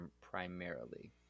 primarily